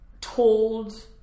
told